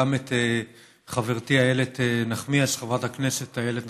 גם את חברתי חברת הכנסת איילת נחמיאס,